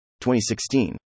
2016